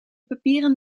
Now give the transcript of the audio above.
papieren